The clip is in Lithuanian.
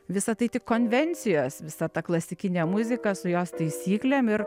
visa tai tik konvencijos visa ta klasikinė muzika su jos taisyklėm ir